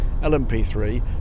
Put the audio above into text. LMP3